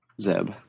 Zeb